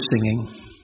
singing